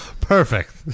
Perfect